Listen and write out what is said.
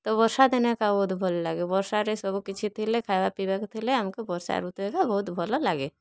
ତ ବର୍ଷା ଦିନେ ଏକା ବହୁତ ଭଲ ଲାଗେ ବର୍ଷାରେ ସବୁ କିଛି ଥିଲେ ଖାଇବା ପିଇବାକେ ଥିଲେ ଆମକେ ବର୍ଷା ଋତୁ ଏକା ବହୁତ ଭଲ ଲାଗେ